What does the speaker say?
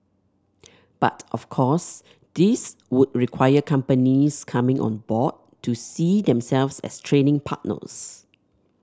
but of course this would require companies coming on board to see themselves as training partners